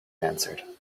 answered